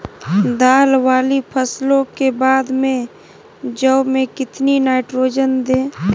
दाल वाली फसलों के बाद में जौ में कितनी नाइट्रोजन दें?